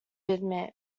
admit